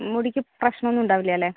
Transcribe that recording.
മുടിക്ക് പ്രശ്നമൊന്നും ഉണ്ടാവില്ല അല്ലേ